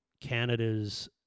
Canada's